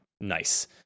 nice